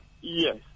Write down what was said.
Yes